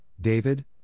David